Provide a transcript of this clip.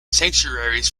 sanctuaries